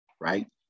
right